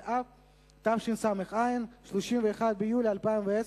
באב התשס"ע, 31 ביולי 2010,